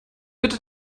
bitte